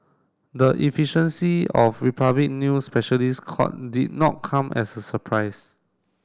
the efficiency of Republic new specialist court did not come as a surprise